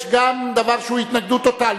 יש גם דבר שהוא התנגדות טוטלית.